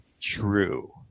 true